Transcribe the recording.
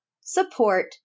support